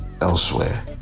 elsewhere